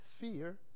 fear